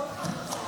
הצבעה.